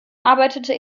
arbeitete